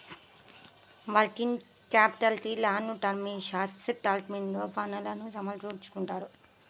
working క్యాపిటల్కి long term, short term గా వనరులను సమకూర్చుకుంటారు